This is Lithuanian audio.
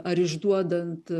ar išduodant